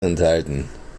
enthalten